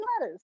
letters